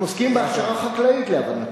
הם עוסקים בהכשרה חקלאית, להבנתי.